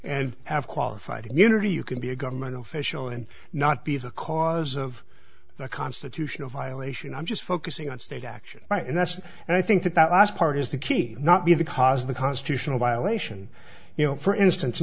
and have qualified immunity you can be a government official and not be the cause of a constitutional violation i'm just focusing on state action right and that's and i think that that last part is the key not be the cause of the constitutional violation you know for instance i